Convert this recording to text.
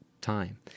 time